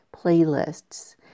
playlists